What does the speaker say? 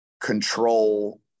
control